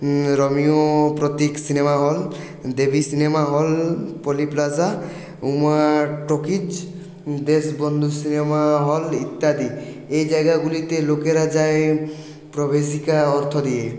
রমিও Pratik cinema hall Debi cinema hall Poly Plaza Uma talkies Deshbandhu cinema hall ইত্যাদি এই জায়গাগুলিতে লোকেরা যায় প্রবেশিকা অর্থ দিয়ে